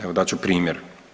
Evo dat ću primjer.